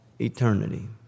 eternity